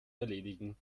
erledigen